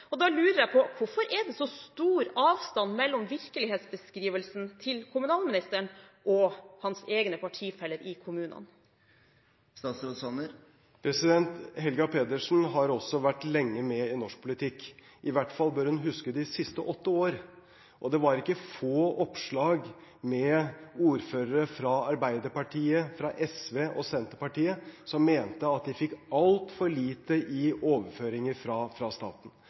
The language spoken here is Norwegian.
det. Da lurer jeg på: Hvorfor er det så stor avstand i virkelighetsbeskrivelsen mellom kommunalministeren og hans egne partifeller i kommunene? Helga Pedersen har også vært lenge med i norsk politikk. I hvert fall bør hun huske de siste åtte år, og det var ikke få oppslag med ordførere fra Arbeiderpartiet, SV og Senterpartiet som mente at de fikk altfor lite i overføringer fra staten.